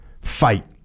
Fight